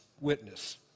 witness